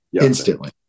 instantly